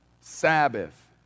Sabbath